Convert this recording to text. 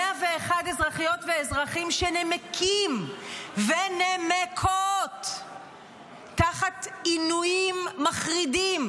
101 אזרחיות ואזרחים שנמקים ונמקות תחת עינויים מחרידים,